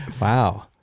Wow